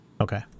okay